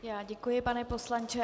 Já děkuji, pane poslanče.